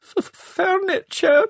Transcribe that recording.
furniture